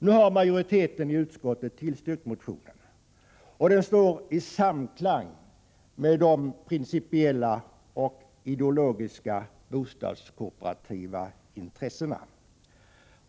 Nu har majoriteten i utskottet tillstyrkt motionen, och den står i samklang med de principiella och ideologiska bostadskooperativa intressena.